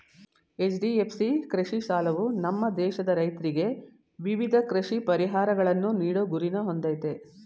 HDFC ಕೃಷಿ ಸಾಲವು ನಮ್ಮ ದೇಶದ ರೈತ್ರಿಗೆ ವಿವಿಧ ಕೃಷಿ ಪರಿಹಾರಗಳನ್ನು ನೀಡೋ ಗುರಿನ ಹೊಂದಯ್ತೆ